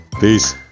peace